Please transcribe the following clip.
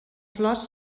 flors